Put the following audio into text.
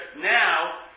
now